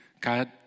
God